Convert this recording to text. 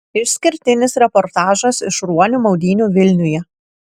išskirtinis reportažas iš ruonių maudynių vilniuje